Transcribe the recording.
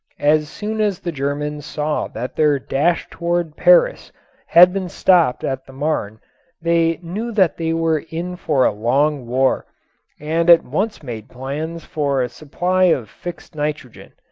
as soon as the germans saw that their dash toward paris had been stopped at the marne they knew that they were in for a long war and at once made plans for a supply of fixed nitrogen.